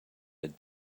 had